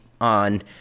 on